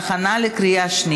נתקבלה.